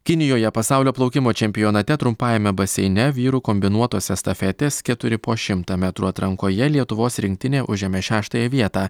kinijoje pasaulio plaukimo čempionate trumpajame baseine vyrų kombinuotos estafetės keturi po šimtą metrų atrankoje lietuvos rinktinė užėmė šeštąją vietą